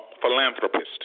philanthropist